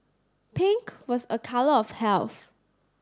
pink was a colour of health